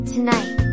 Tonight